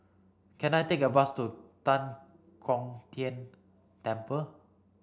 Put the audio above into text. can I take a bus to Tan Kong Tian Temple